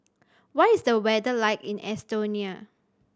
what is the weather like in Estonia